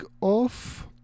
off